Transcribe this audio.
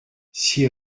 six